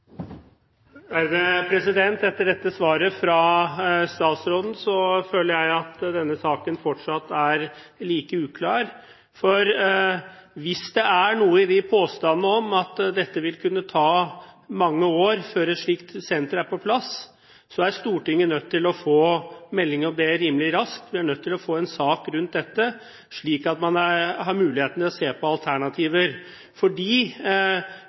like uklar. For hvis det er noe i påstandene om at det vil kunne ta mange år før et slikt senter er på plass, er Stortinget nødt til å få melding om det rimelig raskt. Vi er nødt til å få en sak rundt dette slik at man har muligheten til å se på alternativer